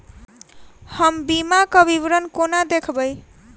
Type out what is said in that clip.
हम बीमाक विवरण कोना देखबै?